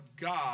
God